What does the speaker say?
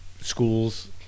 schools